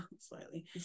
Slightly